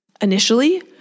initially